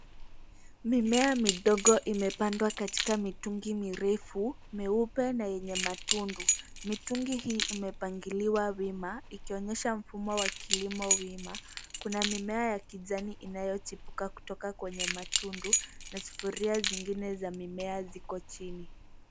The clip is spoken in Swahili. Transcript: Mimea midogo imepandwa katika mitungi mirefu meupe na yenye matundu. Mitungi hii imepangiliwa wima ikionyesha mfumo wa kilimo wima. Kuna mimea ya kijani inayochipuka kutoka kwenye matundu na sufuria zingine za mimea ziko chini.